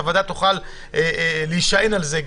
שהוועדה תוכל להישען עליהם.